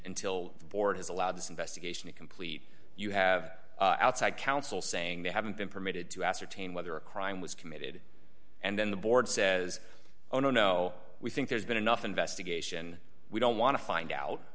the board has allowed this investigation is complete you have an outside counsel saying they haven't been permitted to ascertain whether a crime was committed and then the board says oh no no we think there's been enough investigation we don't want to find out